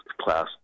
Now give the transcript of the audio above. class